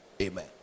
Amen